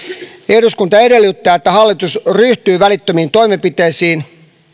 eduskunta edellyttää että hallitus ryhtyy välittömiin toimenpiteisiin